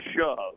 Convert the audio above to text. shove